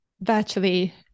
virtually